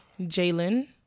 Jalen